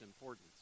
importance